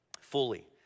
fully